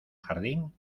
jardín